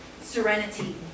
serenity